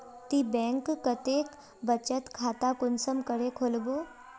ती बैंक कतेक बचत खाता कुंसम करे खोलबो?